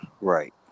Right